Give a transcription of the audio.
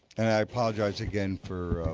and i apologize again for